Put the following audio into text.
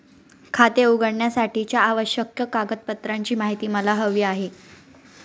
खाते उघडण्यासाठीच्या आवश्यक कागदपत्रांची माहिती मला हवी आहे